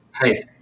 Hey